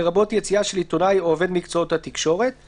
לרבות יציאה של עיתונאי או עובד מקצועות התקשורת;